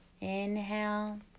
Inhale